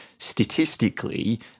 statistically